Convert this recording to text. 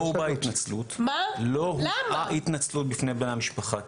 לא הובעה התנצלות בפני בני המשפחה,